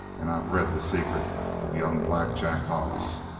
and i've read the secret of young black jack hollis.